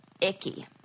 icky